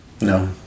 No